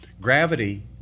Gravity